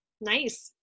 Nice